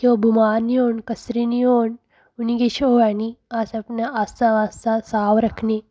कि ओह् बमार नी होन कसरी नी होन उ'नेंगी किश होऐ नी अस अपने आसे पासे साफ रक्खनी